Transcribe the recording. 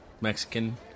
Mexican